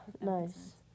nice